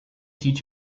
teach